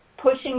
pushing